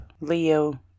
Leo